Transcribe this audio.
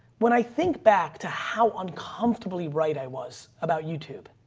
when i think back to how uncomfortably right i was about youtube,